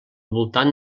voltant